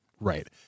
Right